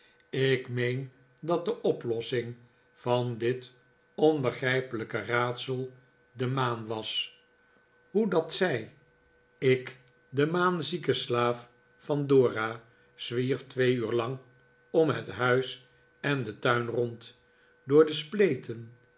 ik meen dat de oplossing van dit onbegrijpelijke raadsel de maan was hoe dat zij ik de maanzieke slaaf van dora zwierf twee uur lang om het huis en den tuin rond door de spleten